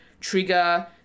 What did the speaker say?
trigger